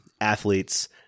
athletes